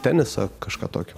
tenisą kažką tokio